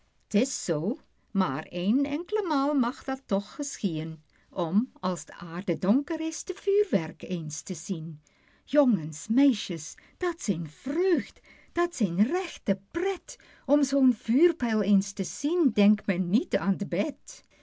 is zoo maar een enk'le maal mag dat toch geschiên om als t aardedonker is t vuurwerk eens te zien jongens meisjes dat s een vreugd dat s een rechte pret om zoo'n vuurpijl eens te zien denkt men niet aan t bed